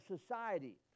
society